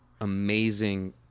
amazing